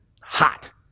hot